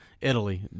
Italy